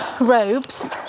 robes